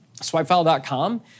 Swipefile.com